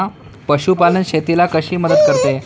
पशुपालन शेतीला कशी मदत करते?